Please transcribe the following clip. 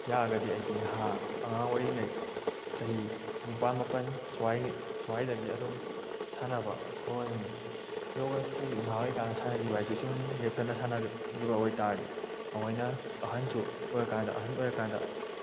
ꯌꯥꯔꯒꯗꯤ ꯑꯩꯗꯤ ꯅꯍꯥ ꯑꯉꯥꯡ ꯑꯣꯏꯔꯤꯉꯩ ꯆꯍꯤ ꯅꯤꯄꯥꯜ ꯃꯥꯄꯜ ꯁ꯭ꯋꯥꯏꯒꯤ ꯁ꯭ꯋꯥꯏꯗꯒꯤ ꯑꯗꯨꯝ ꯁꯥꯟꯅꯕ ꯍꯧꯍꯟꯅꯤꯡꯏ ꯌꯣꯒꯥ ꯍꯧꯖꯤꯛ ꯅꯍꯥꯟꯋꯥꯏ ꯀꯥꯟꯗ ꯁꯥꯟꯅꯈꯤꯕ ꯍꯥꯏꯁꯦ ꯁꯨꯝ ꯂꯦꯞꯇꯅ ꯁꯥꯟꯅꯈꯤꯕ ꯑꯣꯏꯇꯥꯔꯗꯤ ꯑꯩꯈꯣꯏꯅ ꯑꯍꯟꯁꯨ ꯑꯣꯏꯔ ꯀꯥꯟꯗ ꯑꯍꯟ ꯑꯣꯏꯔ ꯀꯥꯟꯗ